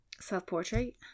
self-portrait